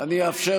אני אאפשר